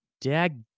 Dag